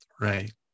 Right